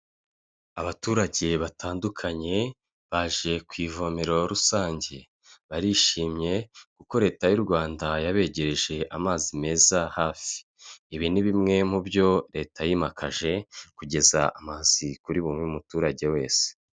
Abaturage batandukanye baje ku ivomero rusange, barishimye kuko Leta y'u Rwanda yabegereje amazi meza hafi, ibi ni bimwe mu byo Leta yimakaje kugeza amazi kuri buri muturage wese.